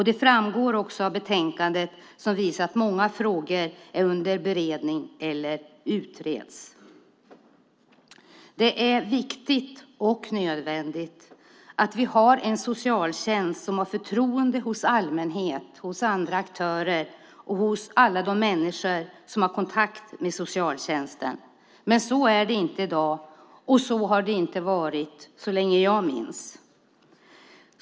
Det framgår också av betänkandet, som visar att många frågor är under beredning eller utreds. Det är viktigt och nödvändigt att vi har en socialtjänst som har förtroende hos allmänheten, andra aktörer och alla de människor som har kontakt med socialtjänsten. Så är det inte i dag, och så har det inte varit så länge jag kan minnas.